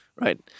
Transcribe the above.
right